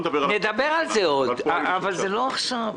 נדבר על זה עוד, אבל לא עכשיו.